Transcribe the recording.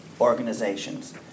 organizations